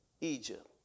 Egypt